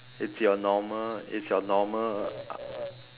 it's your normal it's your normal